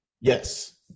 yes